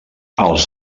els